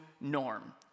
norm